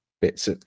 bits